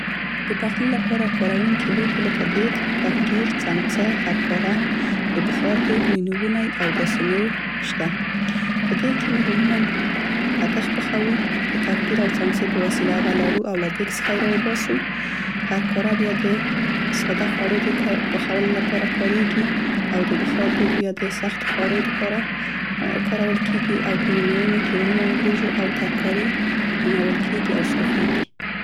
د پخلي لپاره کارونکي لوښي لکه دیګ، کفیګیر، څمڅه، هر کاره، د بخار دیګ، نینوونی او داسې نور شته. پخوولو لپاره کاریګي او د بخار دیګ بیا د سختو خوړو د پاره په دیګ کې موږ عموماً کتغ پخوو، د کفګیر او څمڅې په وسیله هغه له لړو او له دیګ څخه یې راوباسو، هر کاره بیا دې ساده خوړ د کارول کیګي او په نینوني کې عموماً وریژې او ترکاري نینول کیګي او صافیګي.